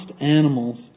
animals